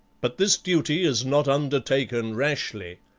but this duty is not undertaken rashly.